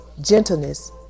gentleness